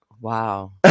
wow